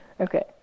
okay